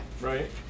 Right